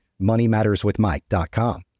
moneymatterswithmike.com